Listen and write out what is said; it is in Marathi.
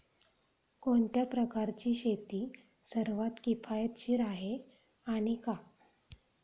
कोणत्या प्रकारची शेती सर्वात किफायतशीर आहे आणि का?